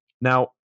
now